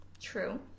True